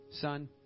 Son